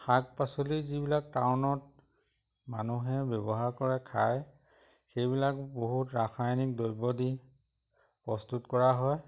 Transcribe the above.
শাক পাচলি যিবিলাক টাউনত মানুহে ব্যৱহাৰ কৰে খায় সেইবিলাক বহুত ৰাসায়নিক দ্ৰব্য দি প্ৰস্তুত কৰা হয়